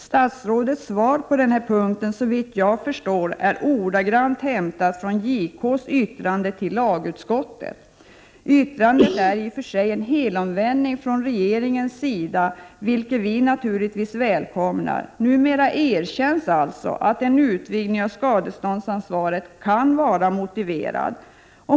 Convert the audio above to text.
Statsrådets svar på denna punkt är, såvitt jag förstår, ordagrant hämtat från JK:s yttrande till lagutskottet. Yttrandet är en helomvändning från regeringens sida, vilket vi naturligtvis välkomnar. Numera erkänns alltså att en utvidgning av skadeståndsansvaret kan vara motiverad.